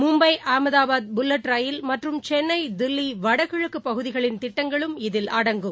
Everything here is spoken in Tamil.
மும்பை அகமதாபாத் புல்லட் ரயில் மற்றும் சென்னை தில்லி வடகிழக்குபகுதிகளின் திட்டங்களும் இதில் அடங்கும்